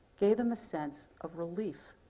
gave them a sense of relief.